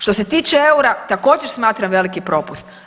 Što se tiče eura, također, smatram veliki propust.